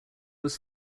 was